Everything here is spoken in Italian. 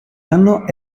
anno